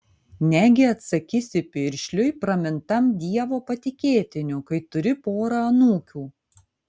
negi atsakysi piršliui pramintam dievo patikėtiniu kai turi porą anūkių